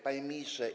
Panie Ministrze!